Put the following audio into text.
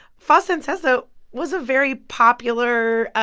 fosta and sesta so was a very popular.